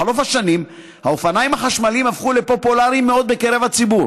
בחלוף השנים האופניים החשמליים הפכו לפופולריים מאוד בקרב הציבור,